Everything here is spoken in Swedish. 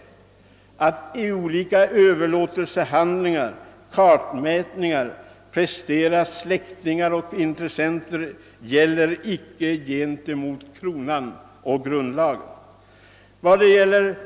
Att olika överlåtelsehandlingar, kartmätningar etc. presterats mellan släktingar och intressenter gäller icke gentemot kronan och grundlagen.